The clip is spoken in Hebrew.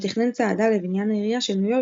ותכנן צעדה לבניין העירייה של ניו יורק